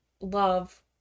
love